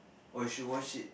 oh you should watch it